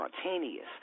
spontaneous